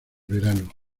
verano